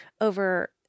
over